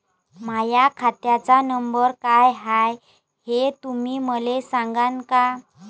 माह्या खात्याचा नंबर काय हाय हे तुम्ही मले सागांन का?